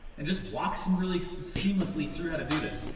and just walk some really seamlessly through how to do this.